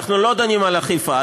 אנחנו לא דנים על אכיפה.